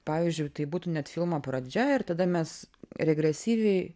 pavyzdžiui tai būtų net filmo pradžia ir tada mes regresyviai